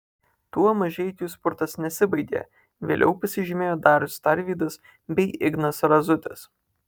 tuo mažeikių spurtas nesibaigė vėliau pasižymėjo darius tarvydas bei ignas razutis